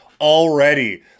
already